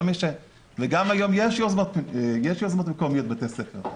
וגם יש היום יוזמות מקומיות בבתי ספר.